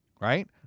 Right